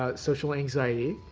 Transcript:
ah social anxiety.